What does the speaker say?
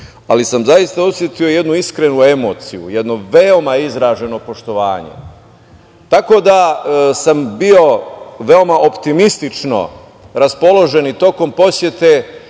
ali sam zaista osetio jednu iskrenu emociju, jedno veoma izraženo poštovanje, tako da sam bio veoma optimistično raspoložen i tokom posete,